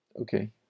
Okay